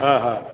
हां हां